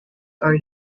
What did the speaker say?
are